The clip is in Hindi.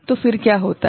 तो फिर क्या होता है